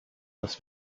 das